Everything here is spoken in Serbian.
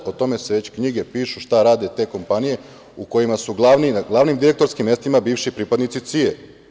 O tome se već knjige pišu, šta rade te kompanije u kojima su glavni, na glavnim direktorskim mestima bivši pripadnici CIA.